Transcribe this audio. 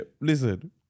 listen